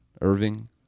Irving